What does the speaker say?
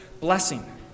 blessing